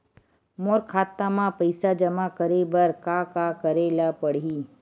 मोर खाता म पईसा जमा करे बर का का करे ल पड़हि?